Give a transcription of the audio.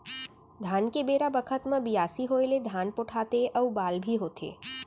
धान के बेरा बखत म बियासी होय ले धान पोठाथे अउ बाल भी होथे